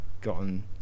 gotten